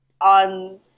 on